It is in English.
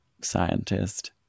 scientist